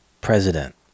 president